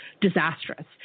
disastrous